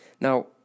Now